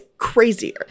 Crazier